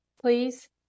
Please